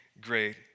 great